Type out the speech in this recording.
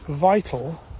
vital